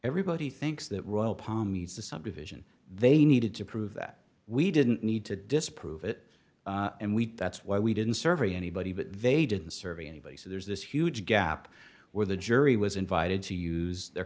everybody thinks that royal palm meets the subdivision they needed to prove that we didn't need to disprove it and we that's why we didn't serve anybody but they didn't serve anybody so there's this huge gap where the jury was invited to use their